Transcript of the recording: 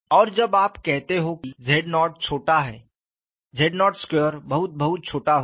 और जब आप कहते हो कि z0 छोटा है z02बहुत बहुत छोटा होगा